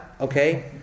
okay